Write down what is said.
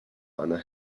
einer